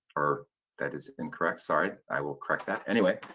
or that is incorrect, sorry, i will correct that. anyway,